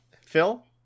Phil